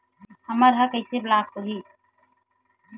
हमर ह कइसे ब्लॉक होही?